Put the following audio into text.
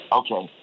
okay